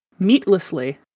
meatlessly